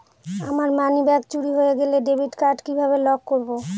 আমার মানিব্যাগ চুরি হয়ে গেলে ডেবিট কার্ড কিভাবে লক করব?